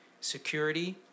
security